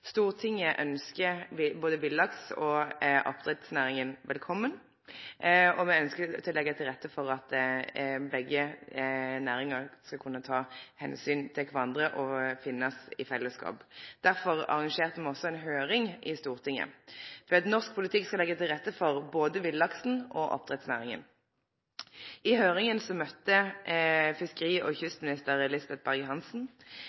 Stortinget ønskjer både villaks- og oppdrettsnæringa velkommen, og me ønskjer å leggje til rette for at begge næringane skal kunne ta omsyn til kvarandre og finnast i fellesskap. Derfor arrangerte me også ei høyring i Stortinget, for at norsk politikk skal leggje til rette for både villaksen og oppdrettsnæringa. I høyringa møtte fiskeri- og